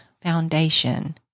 foundation